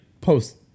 post